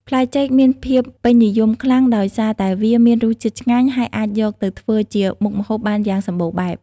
ផ្លែចេកមានភាពពេញនិយមខ្លាំងដោយសារតែវាមានរសជាតិឆ្ងាញ់ ហើយអាចយកទៅធ្វើជាមុខម្ហូបបានយ៉ាងសម្បូរបែប។